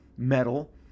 metal